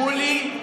מולי,